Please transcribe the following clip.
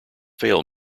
fail